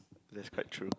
that's quite true